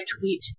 tweet